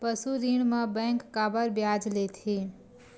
पशु ऋण म बैंक काबर ब्याज लेथे?